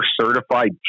certified